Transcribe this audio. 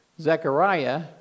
Zechariah